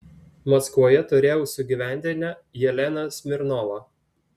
maskvoje turėjau sugyventinę jeleną smirnovą